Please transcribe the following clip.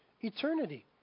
eternity